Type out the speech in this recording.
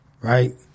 right